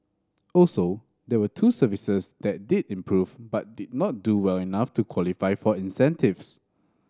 also there were two services that did improve but did not do well enough to qualify for incentives